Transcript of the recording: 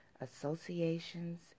associations